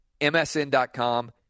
MSN.com